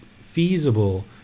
feasible